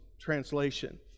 translation